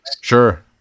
Sure